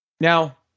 Now